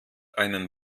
einen